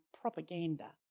propaganda